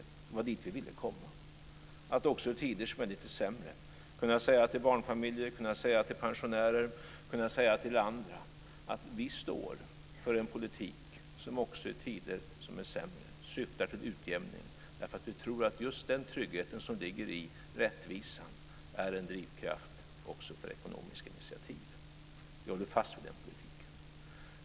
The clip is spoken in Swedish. Det var dit vi ville komma, att i lite sämre tider kunna säga till barnfamiljer, pensionärer och andra att vi står för en politik som också i sämre tider syftar till utjämning. Vi tror att den trygghet som ligger i rättvisan är en drivkraft också för ekonomiska initiativ. Vi håller fast vid den politiken.